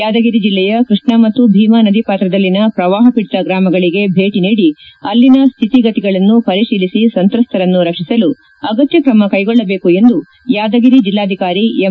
ಯಾದಗಿರಿ ಜಿಲ್ಲೆಯ ಕೈ ್ವಾ ಮತ್ತು ಭೀಮಾ ನದಿ ಪಾತ್ರದಲ್ಲಿನ ಪ್ರವಾಹ ಪೀಡಿತ ಗ್ರಾಮಗಳಗೆ ಭೇಟಿ ನೀಡಿ ಅಲ್ಲಿನ ಸ್ಹಿತಿ ಗತಿಗಳನ್ನು ಪರಿಶೀಲಿಸಿ ಸಂತ್ರಸ್ತರನ್ನು ರಕ್ಷಿಸಲು ಅಗತ್ಯ ಕ್ರಮಕ್ಟೆಗೊಳ್ಳಬೇಕು ಎಂದು ಯಾದಗಿರಿ ಜಿಲ್ಲಾಧಿಕಾರಿ ಎಂ